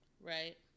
right